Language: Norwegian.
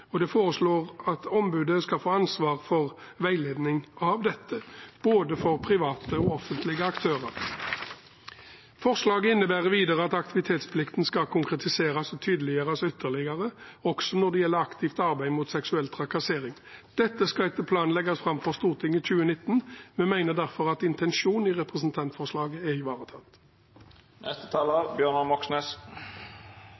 og det foreslås at ombudet skal få ansvaret for veiledning om dette, for både private og offentlige aktører. Forslaget innebærer videre at aktivitetsplikten skal konkretiseres og tydeliggjøres ytterligere, også når det gjelder aktivt arbeid mot seksuell trakassering. Dette skal etter planen legges fram for Stortinget i år. Vi mener derfor at intensjonen i representantforslaget er ivaretatt.